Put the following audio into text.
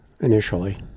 initially